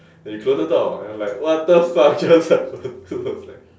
then you close the door and I'm like what the fuck just happened was like